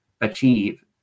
achieve